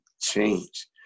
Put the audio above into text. change